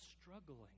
struggling